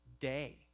day